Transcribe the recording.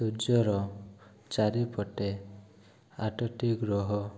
ସୂର୍ଯ୍ୟର ଚାରିପଟେ ଆଠଟି ଗ୍ରହ